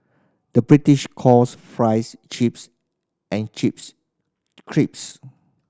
the British calls fries chips and chips crisps